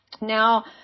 Now